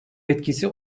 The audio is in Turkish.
etkisi